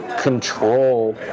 control